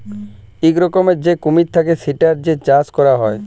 ইক রকমের যে কুমির থাক্যে সেটার যে চাষ ক্যরা হ্যয়